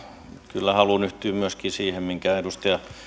kyllä haluan yhtyä myöskin siihen minkä edustaja